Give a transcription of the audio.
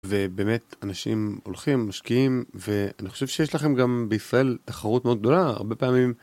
ובאמת אנשים הולכים משקיעים ואני חושב שיש לכם גם בישראל תחרות מאוד גדולה הרבה פעמים.